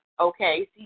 okay